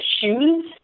shoes